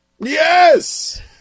Yes